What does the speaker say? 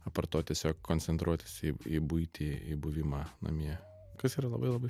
apart to tiediog koncentruotis į į buitį į buvimą namie kas yra labai labai